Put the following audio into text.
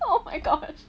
oh my god